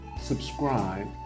subscribe